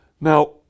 Now